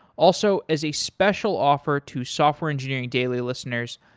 also, as a special offer to software engineering daily listeners,